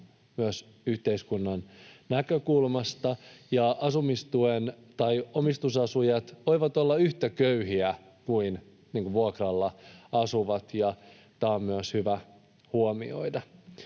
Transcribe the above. myös yhteiskunnan näkökulmasta ja omistusasujat voivat olla yhtä köyhiä kuin vuokralla asuvat, ja myös tämä on hyvä huomioida.